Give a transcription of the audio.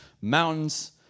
mountains